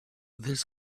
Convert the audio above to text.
this